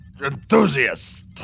enthusiast